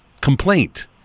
complaint